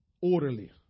Orderly